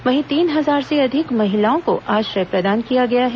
वहीं तीन हजार से अधिक महिलाओं को आश्रय प्रदान किया गया है